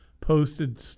posted